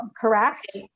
correct